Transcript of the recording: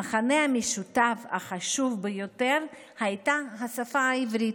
המכנה המשותף החשוב ביותר היה השפה העברית.